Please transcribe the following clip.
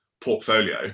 portfolio